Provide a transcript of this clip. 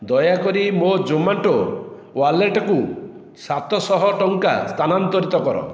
ଦୟାକରି ମୋ ଜୋମାଟୋ ୱାଲେଟକୁ ସାତ ଶହ ଟଙ୍କା ସ୍ଥାନାନ୍ତରିତ କର